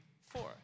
four